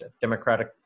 Democratic